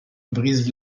brise